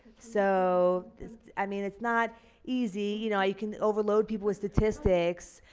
so i mean it's not easy, you know i can overload people with statistics.